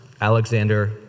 Alexander